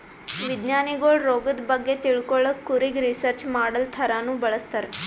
ವಿಜ್ಞಾನಿಗೊಳ್ ರೋಗದ್ ಬಗ್ಗೆ ತಿಳ್ಕೊಳಕ್ಕ್ ಕುರಿಗ್ ರಿಸರ್ಚ್ ಮಾಡಲ್ ಥರಾನೂ ಬಳಸ್ತಾರ್